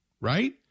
right